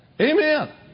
Amen